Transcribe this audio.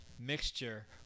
mixture